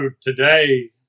today